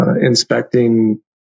inspecting